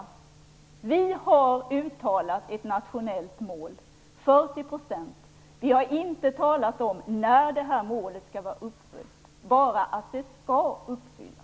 Vi har uttalat ett nationellt mål på 40 %. Vi har inte talat om när detta mål skall vara uppfyllt - bara att det skall uppfyllas.